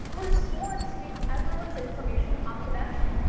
we're sworn to keep everyone's information confidential.